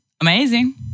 Amazing